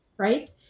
Right